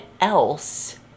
else